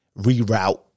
reroute